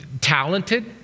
talented